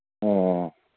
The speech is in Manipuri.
ꯑꯣ